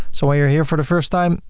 so while you're here for the first time,